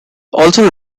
also